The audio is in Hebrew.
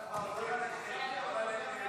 4 נתקבלו.